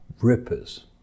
rippers